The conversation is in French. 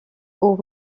aux